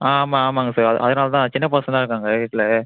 ஆ ஆமாம் ஆமாங்க சார் அதனால் தான் சின்னப் பசங்கள்லாம் இருக்காங்கள் வீட்டில